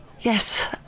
Yes